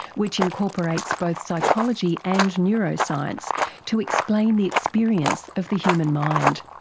which incorporates both psychology and neuroscience to explain the experience of the human mind.